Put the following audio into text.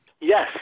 Yes